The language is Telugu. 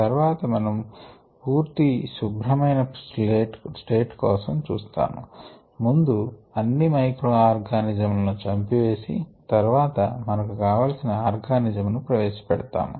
తర్వాత మనము పూర్తీ శుభ్రమైన స్లేట్ కోసం చూసాము ముందు అన్ని మైక్రో ఆర్గానిజం లను చంపి వేసి తర్వాత మనకు కావలసిన ఆర్గానిజం ను ప్రవేశ పెడతాము